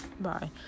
Bye